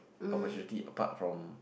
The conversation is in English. opportunity apart from